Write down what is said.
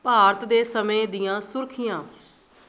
ਭਾਰਤ ਦੇ ਸਮੇਂ ਦੀਆਂ ਸੁਰਖੀਆਂ